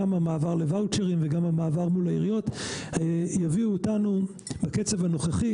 המעבר לוואוצ'רים וגם המעבר מול העיריות יביאו אותנו בקצב הנוכחי